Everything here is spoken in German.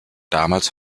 damals